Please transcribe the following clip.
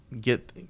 get